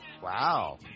Wow